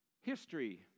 history